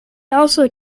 also